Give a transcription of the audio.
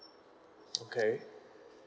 okay